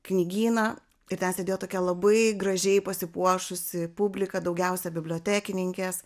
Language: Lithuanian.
knygyną ir ten sėdėjo tokia labai gražiai pasipuošusi publika daugiausia bibliotekininkės